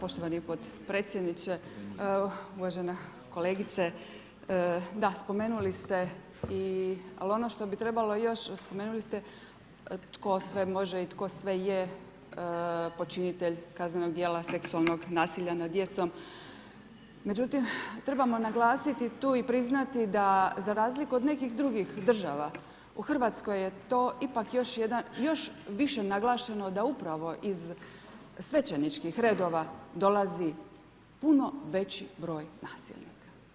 Poštovani potpredsjedniče uvažena kolegice, spomenuli ste i ali ono što bi trebalo još, spomenuli ste tko sve može i tko sve je počinitelj kaznenog dijela seksualnog nasilja nad djecom, međutim, trebamo naglasiti tu i priznati za razliku od nekih drugih država, u Hrvatskoj je to ipak još više naglašeno, da upravo iz svećeničkih redova dolazi puno veći broj nasilnika.